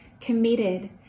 committed